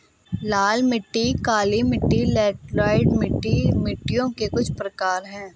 लाल मिट्टी, काली मिटटी, लैटराइट मिट्टी आदि मिट्टियों के कुछ प्रकार है